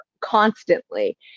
constantly